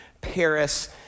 Paris